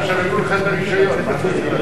אני.